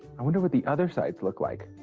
i wonder what the other sides look like.